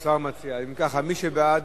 אם כך, מי שבעד,